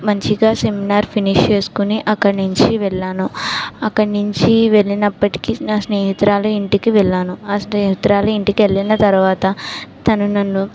మంచిగా seminar finish చేసుకుని అక్కడ నుంచి వెళ్ళిను అక్కడి నుంచి వెళ్ళినప్పటికీ నా స్నేహితురాలు ఇంటికి వెళ్ళాను నా స్నేహితురాలు ఇంటికి వెళ్ళిన తర్వాత తను నన్ను